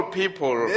people